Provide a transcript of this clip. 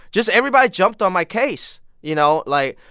just everybody jumped on my case, you know, like,